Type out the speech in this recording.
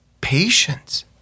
patience